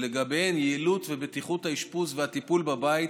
לגביהם יעילות ובטיחות האשפוז והטיפול בבית